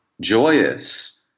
joyous